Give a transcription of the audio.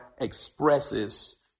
expresses